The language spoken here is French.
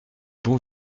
bon